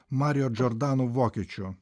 marijo džordano vokiečiu